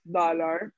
dollar